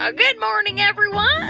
ah good morning, everyone.